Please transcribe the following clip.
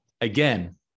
Again